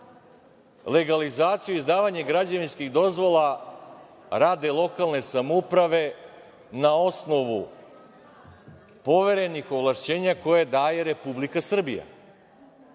legalizaciju, izdavanje građevinskih dozvola, rade lokalne samouprave, na osnovu poverenih ovlašćenja koje daje Republika Srbija,